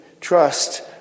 Trust